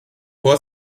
vor